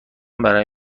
برای